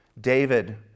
David